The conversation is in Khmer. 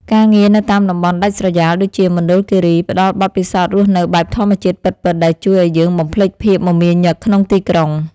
ការងារនៅតាមតំបន់ដាច់ស្រយាលដូចជា មណ្ឌលគិរី ផ្ដល់បទពិសោធន៍រស់នៅបែបធម្មជាតិពិតៗដែលជួយឱ្យយើងបំភ្លេចភាពមមាញឹកក្នុងទីក្រុង។